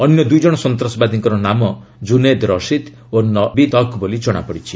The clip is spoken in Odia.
ଅନ୍ୟ ଦୁଇଜଣ ସନ୍ତାସବାଦୀଙ୍କର ନାମ ଜୁନେଦ ରସିଦ୍ ଓ ନବିଦ୍ ତକ୍ ବୋଲି ଜଣାପଡ଼ିଛି